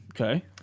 Okay